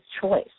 choice